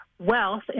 Wealth